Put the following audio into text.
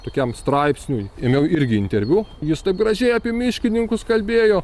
tokiam straipsniui ėmiau irgi interviu jis taip gražiai apie miškininkus kalbėjo